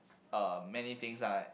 uh many things like